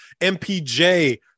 MPJ